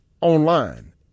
online